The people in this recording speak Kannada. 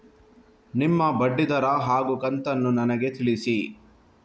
ನಿಮ್ಮ ಬಡ್ಡಿದರ ಹಾಗೂ ಕಂತನ್ನು ನನಗೆ ತಿಳಿಸಿ?